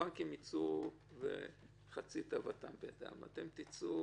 הבנקים יצאו עם חצי תאוותם בידם, אתם תצאו